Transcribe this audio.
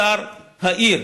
שר העיר.